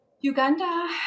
Uganda